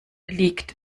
liegt